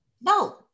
No